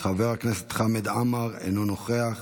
חבר הכנסת חמד עמאר, אינו נוכח,